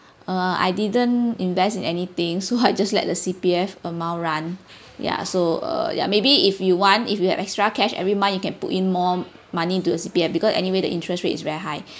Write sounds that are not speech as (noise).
err I didn't invest in anything so I just let the C_P_F amount run yah so err ya maybe if you want if you have extra cash every month you can put in more money into a C_P_F because anyway the interest rate is very high (breath)